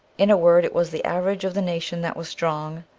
in a word, it was the average of the nation that was strong,